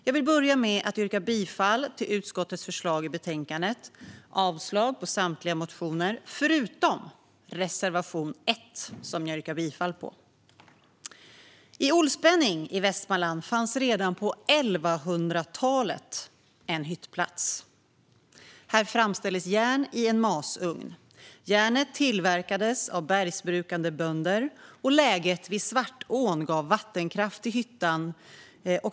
Jag vill börja med att yrka bifall till utskottets förslag i betänkandet och avslag på samtliga motioner förutom reservation 1, som jag yrkar bifall till. I Olsbenning i Västmanland fanns redan på 1100-talet en hyttplats. Där framställdes järn i en masugn. Järnet tillverkades av bergsbrukande bönder, och läget vid Svartån gav vattenkraft till hyttan.